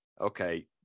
okay